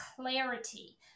clarity